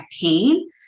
pain